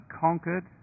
conquered